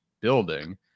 building